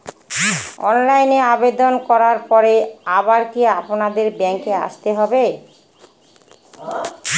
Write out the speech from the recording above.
অনলাইনে আবেদন করার পরে আবার কি আপনাদের ব্যাঙ্কে আসতে হবে?